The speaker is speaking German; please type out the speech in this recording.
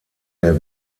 der